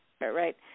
Right